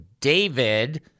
David